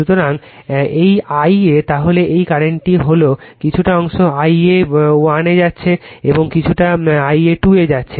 সুতরাং এই I a তাহলে এই কারেন্টটি হলো কিছুটা অংশ Ia 1 এ যাচ্ছে এবং কিছুটা Ia 2 এ যাচ্ছে